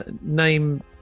name